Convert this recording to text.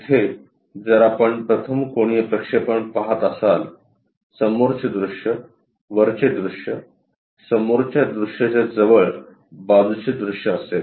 येथे जर आपण प्रथम कोनीय प्रक्षेपण पाहत असाल समोरचे दृश्य वरचे दृश्य समोरच्या दृश्याच्या जवळ बाजूचे दृश्य असेल